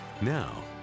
Now